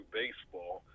baseball